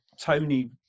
Tony